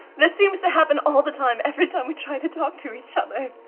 this seems to happen all the time, every time we try to talk to each other.